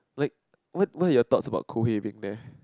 like what what are your thoughts about there